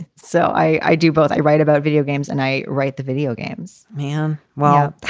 so i do both. i write about videogames and i write the videogames, man. well,